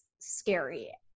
scary